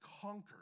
conquered